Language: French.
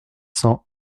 cents